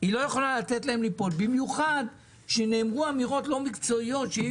היא לא יכולה לתת להם ליפול במיוחד כשנאמרו אמירות לא מקצועיות שזה